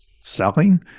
selling